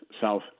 South